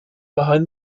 behind